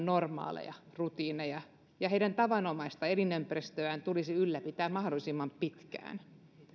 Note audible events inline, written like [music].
[unintelligible] normaaleja rutiineja ja heidän tavanomaista elinympäristöään tulisi ylläpitää mahdollisimman pitkään